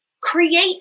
create